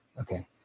Okay